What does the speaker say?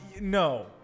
No